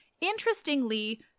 Interestingly